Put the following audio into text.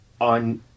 on